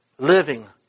Living